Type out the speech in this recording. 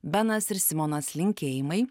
benas ir simonas linkėjimai